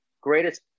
greatest